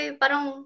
parang